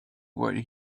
what